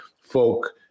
folk